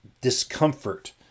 discomfort